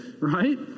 right